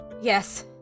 Yes